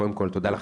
קודם כל תודה לך,